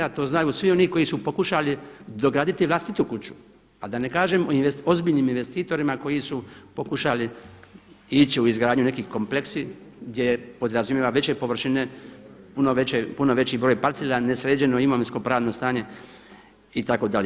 To znaju svi oni koji su pokušali dograditi vlastitu kuću, a da ne kažem o ozbiljnim investitorima koji su pokušali ići u izgradnju nekih kompleksa gdje se podrazumijeva veće površine, puno veći broj parcela, nesređeno imovinsko-pravno stanje itd.